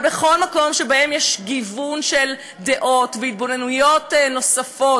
אבל בכל מקום שבו יש גיוון של דעות והתבוננויות נוספות,